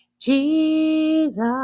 Jesus